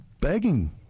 begging